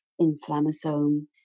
inflammasome